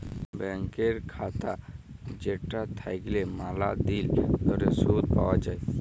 ব্যাংকের খাতা যেটা থাকল্যে ম্যালা দিল ধরে শুধ পাওয়া যায়